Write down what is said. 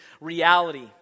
reality